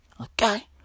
Okay